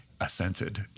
assented